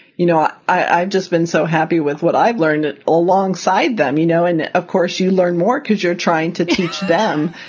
you know, i've just been so happy with what i've learned alongside them, you know, and of course, you learn more because you're trying to teach them.